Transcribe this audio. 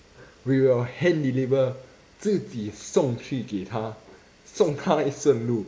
we will hand deliver 自己送去给他送他一顺路